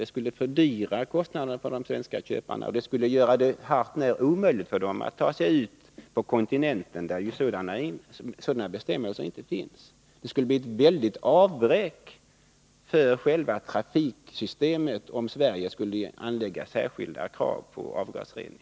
Det skulle fördyra för de svenska köparna, och det skulle göra det hart när omöjligt att ta sig ut på kontinenten, där sådana bestämmelser inte finns. Det skulle bli ett väldigt avbräck för själva trafiksystemet, om Sverige skulle anlägga särskilda krav på avgasrening.